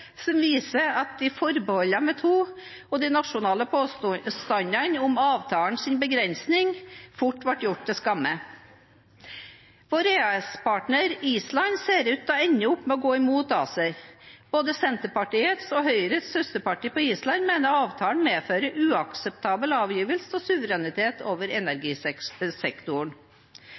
som viser at forbeholdene vi tok, og nasjonale påstander om avtalens begrensninger, fort ble gjort til skamme. Vår EØS-partner Island ser ut til å ende opp med å gå imot ACER. Både Senterpartiets og Høyres søsterparti på Island mener avtalen medfører uakseptabel avgivelse av suverenitet over